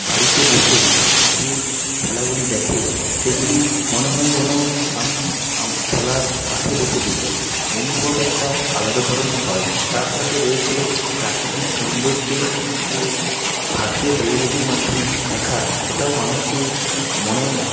বাড়িতে বসে যে খেলাগুলি দেখে সেগুলি মনে হয় যেন আমি খেলার মাঠে বসে দেখছি অনুভব একটা আলাদা ধরনই হয় তার সাথে রয়েছে প্রাকৃতিক সৌন্দর্য্যের যে ভার্চুয়াল রিয়ালিটির মাধ্যমে দেখা সেটাও মানুষকে মনে